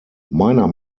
meiner